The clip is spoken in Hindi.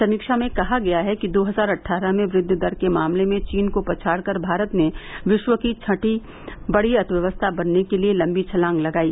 समीक्षा में कहा गया है कि दो हजार अट्ठारह में वृद्धि दर के मामले मे चीन को पछाड़ कर भारत ने विश्व की छठी बढ़ी अर्थव्यवस्था बनने के लिए लंबी छलांग लगाई